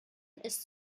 ist